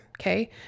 Okay